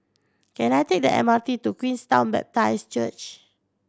can I take the M R T to Queenstown Baptist Church